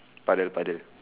puddle puddle